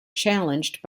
challenged